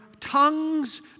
tongues